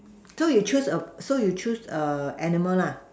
so you choose a so you choose a animal lah